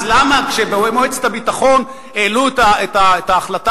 אז למה כשבמועצת הביטחון העלו את ההחלטה